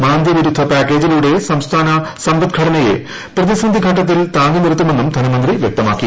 മാന്ദ്യവിരുദ്ധ പാക്കേജിലൂടെ സംസ്ഥാന സമ്പദ് ഘടനയെ പ്രതിസന്ധി ഘട്ടത്തിൽ താങ്ങിനിർത്തുമെന്നും ധനമന്ത്രി വ്യക്തമാക്കി